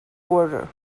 order